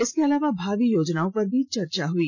इसके अलावा भावी योजनाओं पर भी चर्चा हुई